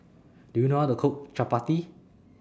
Do YOU know How to Cook Chapati